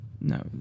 No